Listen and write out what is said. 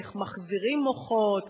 איך מחזירים מוחות.